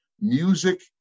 music